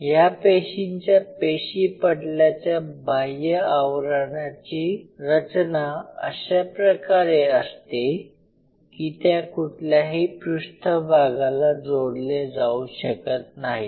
या पेशींच्या पेशीपटलाच्या बाह्य आवरणाची रचना अशा प्रकारे असते की त्या कुठल्याही पृष्ठभागाला जोडले जाऊ शकत नाहीत